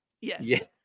Yes